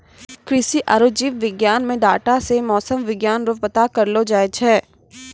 कृषि आरु जीव विज्ञान मे डाटा से मौसम विज्ञान रो पता करलो जाय छै